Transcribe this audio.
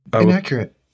Inaccurate